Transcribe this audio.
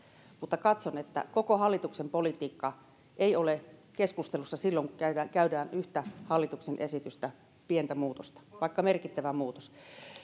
mutta katson että koko hallituksen politiikka ei ole keskustelussa silloin kun käsitellään yhtä hallituksen esitystä pientä muutosta vaikka se merkittävä muutos